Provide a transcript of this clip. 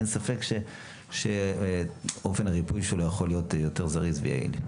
אין ספק שאופן הריפוי שלו יכול להיות יותר זריז ויעיל.